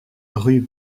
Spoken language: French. rue